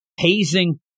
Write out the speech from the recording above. Hazing